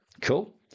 Cool